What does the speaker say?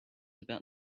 about